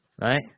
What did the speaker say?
Right